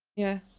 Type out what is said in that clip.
yeah,